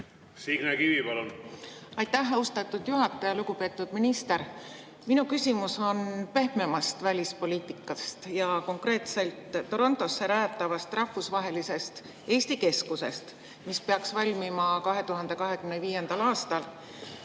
Signe Kivi, palun! Aitäh, austatud juhataja! Lugupeetud minister! Minu küsimuse teema on pehmem välispoliitika ja konkreetselt Torontosse rajatav rahvusvaheline Eesti keskus, mis peaks valmima 2025. aastal.